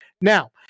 Now